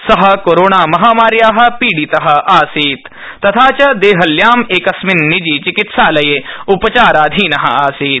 स कोरोणा महामार्या पीडित आसीत् तथा च देहल्यां एकस्मिन् निजी चिकित्सालये उपचाराधीन आसीत्